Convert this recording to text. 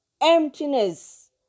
Emptiness